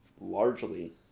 largely